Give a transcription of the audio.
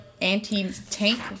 anti-tank